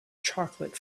chocolate